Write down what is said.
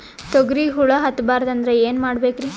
ತೊಗರಿಗ ಹುಳ ಹತ್ತಬಾರದು ಅಂದ್ರ ಏನ್ ಮಾಡಬೇಕ್ರಿ?